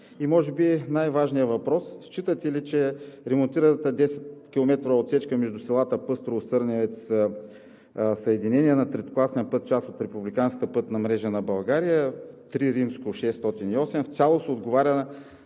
И може би най-важният въпрос: считате ли, че ремонтираната 10-километрова отсечка между селата Пъстрово – Сърневец – Съединение на третокласния път, част от републиканската пътна мрежа на България ІІІ-608, в цялост отговаря на